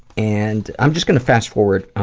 and i'm just gonna fast forward,